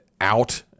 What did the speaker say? out